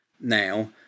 Now